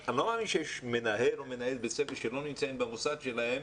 אני לא מאמין שיש מנהל או מנהלת בית ספר שהם לא נמצאים במוסד שלהם